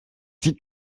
sie